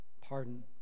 pardon